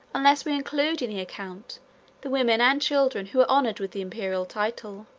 unless we include in the account the women and children who were honored with the imperial title.